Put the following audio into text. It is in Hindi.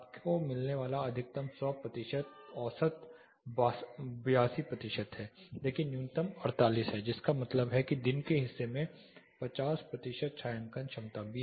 आपको मिलने वाला अधिकतम 100 प्रतिशत औसत 82 प्रतिशत है लेकिन न्यूनतम 48 है जिसका मतलब है कि दिन के हिस्से में 50 प्रतिशत छायांकन क्षमता भी है